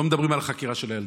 לא מדברים על החקירה של הילדה.